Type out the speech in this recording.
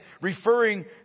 referring